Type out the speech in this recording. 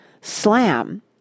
slam